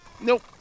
nope